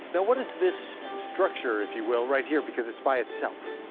but what is this structure, if you will, right here? because it's by itself.